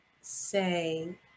say